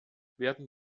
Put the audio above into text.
werden